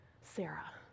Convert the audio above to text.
sarah